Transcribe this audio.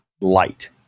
light